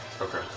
Okay